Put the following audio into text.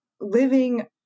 living